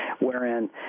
wherein